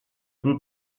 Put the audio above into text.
peut